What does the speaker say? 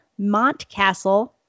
Montcastle